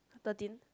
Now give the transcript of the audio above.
thirteen